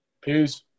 Peace